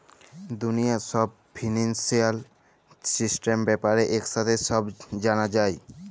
দুলিয়ার ছব financial system ব্যাপারে একসাথে ছব জালা যায়